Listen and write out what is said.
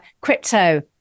crypto